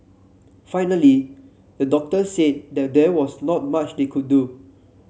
finally the doctors said that there was not much they could do